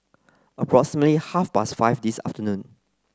approximately half past five this afternoon